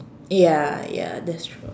ya ya that's true